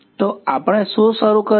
તો આપણે શું શરૂ કર્યું